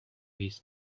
his